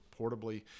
portably